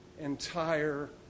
entire